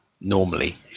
normally